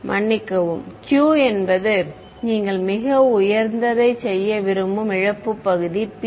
மன்னிக்கவும் q என்பது நீங்கள் மிக உயர்ந்ததைச் செய்ய விரும்பும் இழப்பு பகுதி p